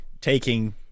taking